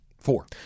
Four